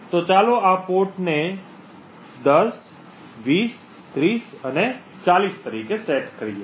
તો ચાલો આ પોર્ટ ને 10 20 30 અને 40 તરીકે સેટ કરીએ